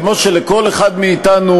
כמו שלכל אחד מאתנו,